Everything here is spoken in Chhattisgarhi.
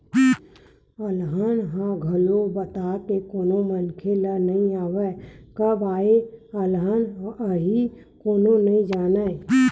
अलहन ह घलोक बता के कोनो मनखे ल नइ आवय, कब काय अलहन आही कोनो नइ जानय